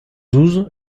douze